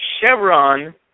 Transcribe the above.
Chevron